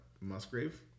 Musgrave